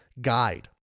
guide